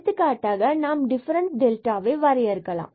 எடுத்துக்காட்டாக நாம் டிஃபரன்ஸ் டெல்டாவை வரையறுக்கலாம்